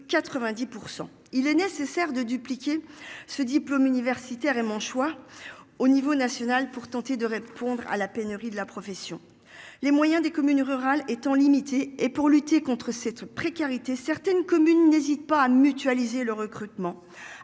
90%, il est nécessaire de dupliquer ce diplôme universitaire et mon choix au niveau national pour tenter de répondre à la pénurie de la profession. Les moyens des communes rurales étant limitée et pour lutter contre cette précarité, certaines communes n'hésite pas à mutualiser le recrutement